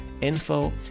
info